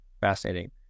Fascinating